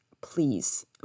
please